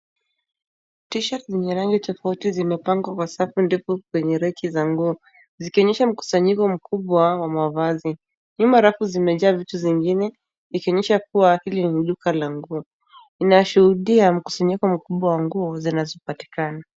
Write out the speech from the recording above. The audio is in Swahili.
T-shirt zenye rangi tofauti zimepangwa kwa safu ndefu kwenye reki za nguo, zikionyesha mkusanyiko mkubwa wa mavazi. Nyuma rafu zime jaa vitu zingine ikionyesha kuwa asili ni duka la nguo. Ina shuhudia mkusanyiko mkubwa wa nguo zinazo patikana.